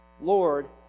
Lord